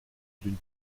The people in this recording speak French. d’une